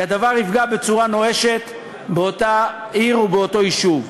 כי הדבר יפגע בצורה אנושה באותה עיר או באותו יישוב.